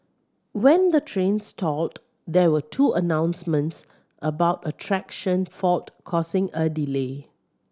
when the train stalled there were two announcements about a traction fault causing a delay